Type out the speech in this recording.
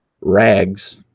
rags